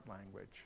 language